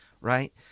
right